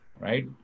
right